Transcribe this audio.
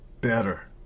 better